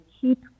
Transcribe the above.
keep